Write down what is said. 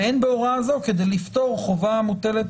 ואין בהוראה זו כדי לפטור חובה המוטלת